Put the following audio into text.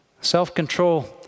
Self-control